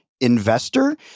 investor